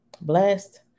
blessed